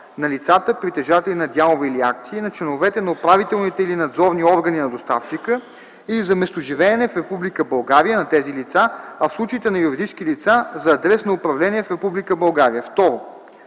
на лицата, притежатели на дялове или акции, на членовете на управителните или надзорни органи на доставчика или за местоживеене в Република България на тези лица, а в случаите на юридически лица – за адрес на управление в